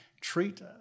treat